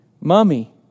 mummy